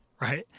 right